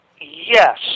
Yes